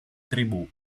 tribù